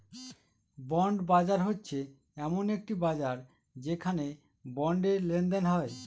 bond বাজার হচ্ছে এমন একটি বাজার যেখানে বন্ডে লেনদেন হয়